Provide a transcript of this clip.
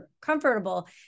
comfortable